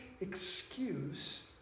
excuse